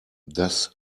das